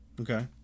Okay